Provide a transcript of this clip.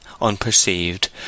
unperceived